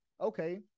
okay